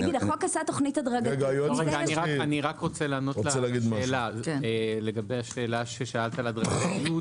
אני רוצה לענות לגבי מה ששאלת על הדרגתיות